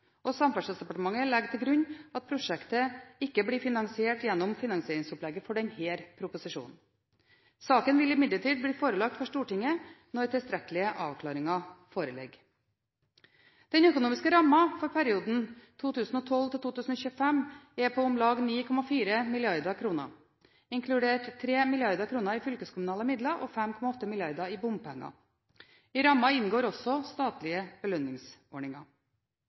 og Samferdselsdepartementet legger til grunn at prosjektet ikke blir finansiert gjennom finansieringsopplegget for denne proposisjonen. Saken vil imidlertid bli forelagt Stortinget når tilstrekkelige avklaringer foreligger. Den økonomiske rammen for perioden 2012–2025 er på om lag 9,4 mrd. kr, inkludert 3 mrd. kr i fylkeskommunale midler og 5,8 mrd. kr i bompenger. I rammen inngår også midler fra den statlige